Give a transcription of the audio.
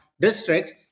districts